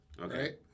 Okay